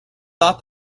thought